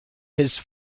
his